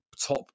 top